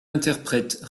interprète